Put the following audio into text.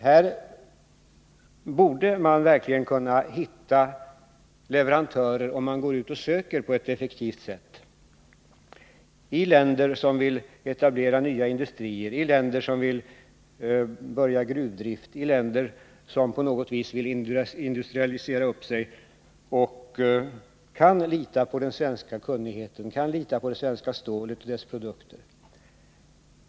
Här borde man verkligen kunna hitta leverantörer, om man går ut och söker på ett effektivt sätt, i länder som vill etablera nya industrier, i länder som vill börja med gruvdrift, i länder som på något vis vill industrialisera upp sig och kan lita på den svenska kunnigheten, kan lita på det svenska stålet och på de produkter som framställs av det.